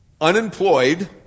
unemployed